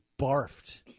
barfed